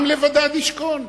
עם לבדד ישכון.